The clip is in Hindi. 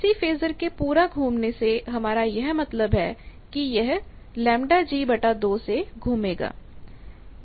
किसी फेजर के पूरा घूमने से हमारा यह मतलब है कि यह से घूमेगा